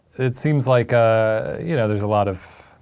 it seems like ah you know there's a lot of,